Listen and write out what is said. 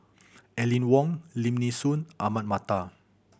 Aline Wong Lim Nee Soon Ahmad Mattar